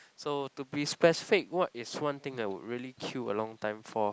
so to be specific what is one thing that would really queue a long time for